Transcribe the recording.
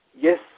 yes